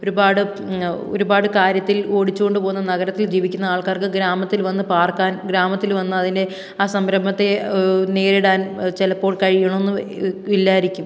ഒരുപാട് ഒരുപാട് കാര്യത്തിൽ ഓടിച്ചു കൊണ്ട് പോകുന്ന നഗരത്തിൽ ജീവിക്കുന്ന ആൾക്കാർക്ക് ഗ്രാമത്തിൽ വന്നു പാർക്കാൻ ഗ്രാമത്തിൽ വന്നു അതിനെ ആ സംരംഭത്തെ നേരിടാൻ ചിലപ്പോൾ കഴിയണമെന്ന് ഇല്ലായിരിക്കും